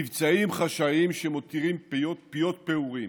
מבצעים חשאיים שמותירים פיות פעורים.